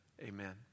Amen